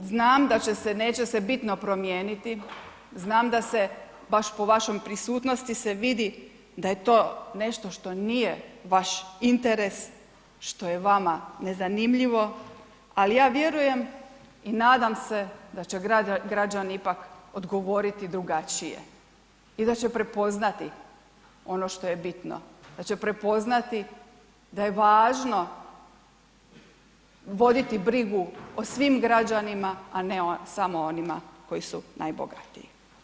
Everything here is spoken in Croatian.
Stoga znam da neće se bitno promijeniti, znam da se baš po vašoj prisutnosti se vidi da je to nešto što nije vaš interes, što je vama nezanimljivo ali ja vjerujem i nadam se da će građani ipak odgovoriti drugačije i da će prepoznati ono što je bitno, da će prepoznati da je važno vidjeti brigu o svim građanima a ne samo o onima koji su najbogatiji.